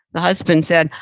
the husband said,